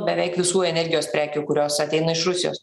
beveik visų energijos prekių kurios ateina iš rusijos